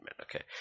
okay